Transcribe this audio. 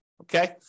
okay